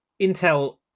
Intel